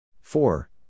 four